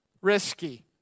risky